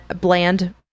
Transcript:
bland